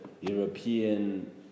European